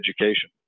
education